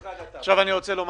חברים,